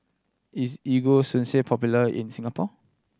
is Ego Sunsense popular in Singapore